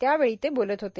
त्यावेळी ते बोलत होते